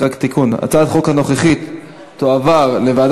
חבר הכנסת אראל מרגלית, לטובת